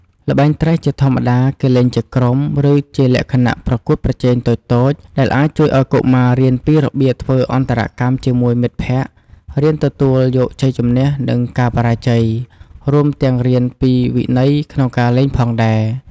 ល្បែងត្រេះជាធម្មតាគេលេងជាក្រុម ឬជាលក្ខណៈប្រកួតប្រជែងតូចៗ ដែលអាចជួយឲ្យកុមាររៀនពីរបៀបធ្វើអន្តរកម្មជាមួយមិត្តភក្តិ រៀនទទួលយកជ័យជំនះ និងការបរាជ័យ រួមទាំងរៀនពីវិន័យក្នុងការលេងផងដែរ។